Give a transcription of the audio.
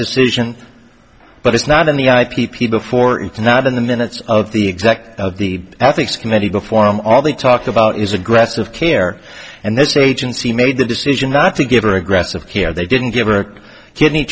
decision but it's not in the i p p before it's not in the minutes of the exact of the ethics committee before i'm all they talked about is aggressive care and this agency made the decision not to give her aggressive care they didn't give her a kidney